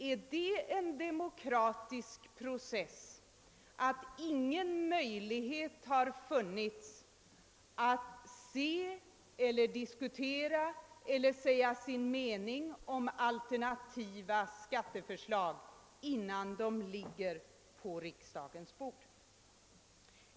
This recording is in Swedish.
är det en demokratisk process att ingen möjlighet har funnits att se eller att diskutera eller att säga sin mening om alternativa skatteförslag innan de ligger på riksdagens bord?